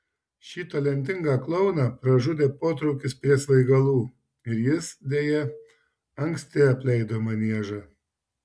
šį talentingą klouną pražudė potraukis prie svaigalų ir jis deja anksti apleido maniežą